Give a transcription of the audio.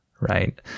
right